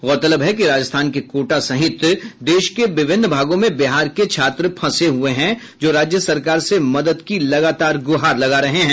गौरतलब है कि राजस्थान के कोटा सहित देश के विभिन्न भागों में बिहार के छात्र फंसे हुए हैं जो राज्य सरकार से मदद की लगातार गुहार लगा रहे हैं